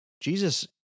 Jesus